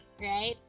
right